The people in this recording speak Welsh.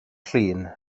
llun